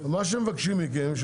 מה שמבקשים מכם,